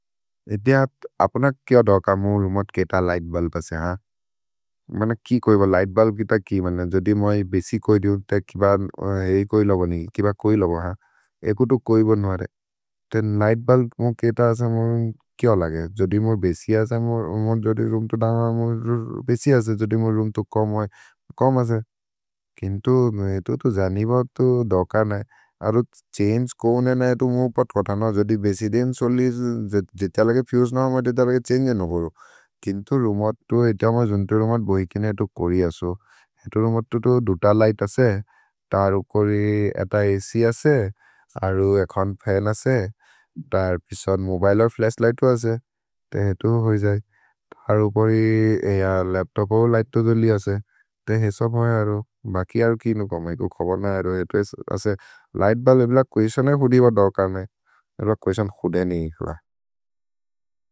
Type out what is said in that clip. अप्न क्य धक? मुअ रूमत् केत लिघ्त् बुल्ब् असे हान्। मन कि कोइ ब लिघ्त् बुल्ब् कित कि मन? जोदि मोइ बेसि कोइ दिउन् ते किब हेइ कोइ लबो नि किब कोइ लबो हान्। एकुतु कोइ बोन् वरे। तेन् लिघ्त् बुल्ब् मुअ केत असे हान्, मुअ किय लगे? जोदि मुअ बेसि असे हान्, मुअ जोदि रूम् तु दम, मुअ बेसि असे जोदि मुअ रूम् तु कम् असे। किन्तु एतो तु जनिब, एतो धक नहि। अरु छन्गे कौने नहि, एतो मुअ पत् खतन। जोदि बेसि देन् सोलिस्, जिथ्य लगे फुसे नहि, अम्म जिथ्य लगे छन्गे नहि भरो। किन्तु रूमत् तु, एतो अम्म जोन्तु रूमत् बहि केने एतो कोरि असो। एतो रूमत् तु तु दुत लिघ्त् असे, त अरु परि एत अछ् असे, अरु एकोन् फन् असे, त अर् पिशोन् मोबिले और् फ्लश्लिघ्त् तु असे, तेन् एतो होइ जै। अरु परि लप्तोप् और् लिघ्त् तु दोलि असे, तेन् हेइ सभ् होइ अरो। भकि अरु किनु कमय्, को खोब नहि अरो, एतो असे लिघ्त् बुल्ब्, एतो ल कुएस्तिओन् है हुदि ब धक नहि? अरु अ कुएस्तिओन् हुदेनि र।